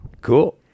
cool